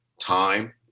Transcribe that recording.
time